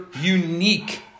unique